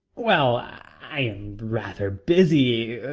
well i am rather busy er